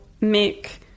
make